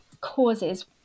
causes